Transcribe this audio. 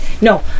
no